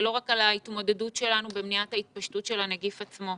ולא רק על ההתמודדות שלנו במניעת התפשטות הנגיף עצמו.